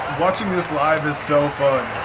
watching this live is so fun.